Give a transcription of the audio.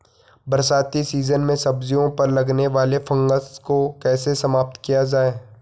बरसाती सीजन में सब्जियों पर लगने वाले फंगस को कैसे समाप्त किया जाए?